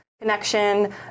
connection